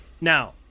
Now